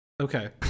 okay